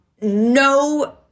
no